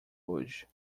hoje